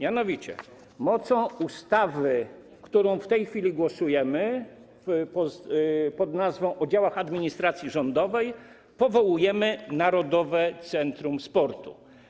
Mianowicie mocą ustawy, nad którą w tej chwili głosujemy, ustawy pod nazwą: o działach administracji rządowej, powołujemy Narodowe Centrum Sportu.